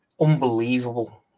unbelievable